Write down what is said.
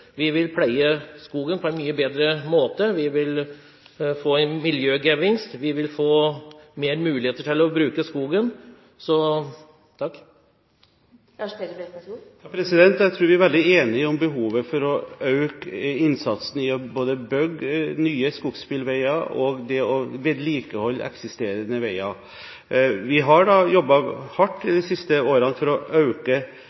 en miljøgevinst. Vi vil få flere muligheter til å bruke skogen. Jeg tror vi er veldig enig om behovet for å øke innsatsen når det gjelder både det å bygge nye skogsbilveier og det å vedlikeholde eksisterende skogsbilveier. Vi har de siste årene jobbet hardt